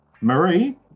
marie